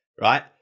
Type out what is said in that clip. right